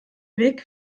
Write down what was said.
weg